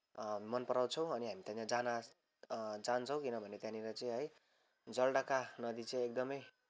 मन पराउँछौँ अनि हामी त्यहाँनिर जान जान्छौँ किनभने त्यहाँनिर चाहिँ है जलढका नदी चाहिँ एकदमै